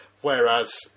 Whereas